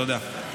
תודה.